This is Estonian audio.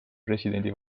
presidendi